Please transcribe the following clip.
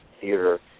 Theater